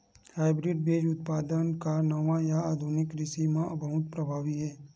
hybrid बीज उत्पादन हा नवा या आधुनिक कृषि मा बहुत प्रभावी हे